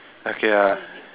okay lah